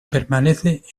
permanece